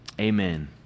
Amen